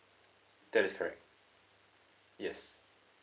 that's correct yes